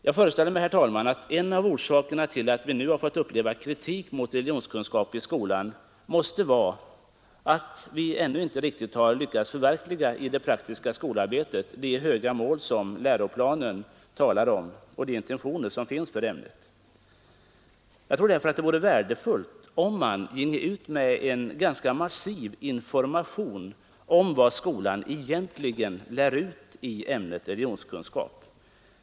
Jag föreställer mig, herr talman, att en av orsakerna till att vi nu har fått uppleva kritik mot ämnet religionskunskap i skolan måste vara att vi ännu inte i det praktiska skolarbetet riktigt har lyckats förverkliga de höga mål som läroplanen talar om och de intentioner som finns för ämnet. Jag tror därför att det för det första vore värdefullt om man ginge ut med en ganska massiv information om vad skolan egentligen lär ut i ämnet religionskunskap.